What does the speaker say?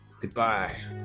Goodbye